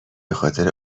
بخاطر